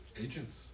Agents